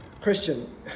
Christian